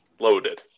Loaded